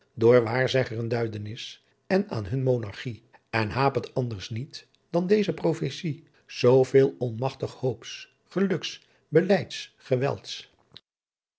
door waarzegghren duidenis en aan hunn monarchie en hapert anders niet dan deze prophesie zoo veel onmatigh hoops geluks beleids gewelds